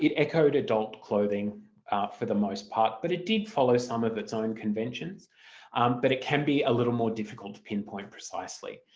echoed adult clothing for the most part but it did follow some of its own conventions um but it can be a little more difficult to pinpoint precisely.